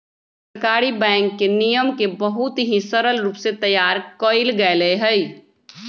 सहकारी बैंक के नियम के बहुत ही सरल रूप से तैयार कइल गैले हई